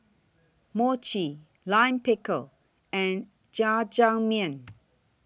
Mochi Lime Pickle and Jajangmyeon